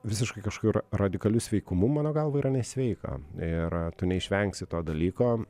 visiškai kažkokiu ra radikaliu sveikumu mano galva yra nesveika ir tu neišvengsi to dalyko